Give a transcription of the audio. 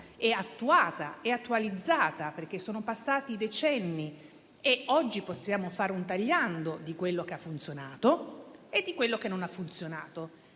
attuata e attualizzata perché sono passati decenni. Oggi possiamo fare un tagliando di quello che ha funzionato e di quello che non ha funzionato,